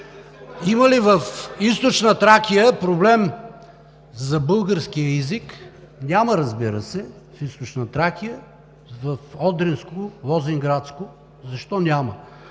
Има ли в Източна Тракия проблем за българския език? Няма, разбира се, в Източна Тракия, в Одринско, в Лозенградско. Защо няма?